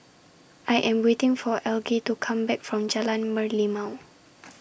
I Am waiting For Algie to Come Back from Jalan Merlimau